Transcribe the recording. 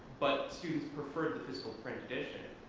but students preferred the physical print edition.